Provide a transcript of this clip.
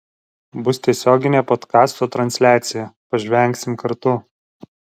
bus tiesioginė podkasto transliacija pažvengsim kartu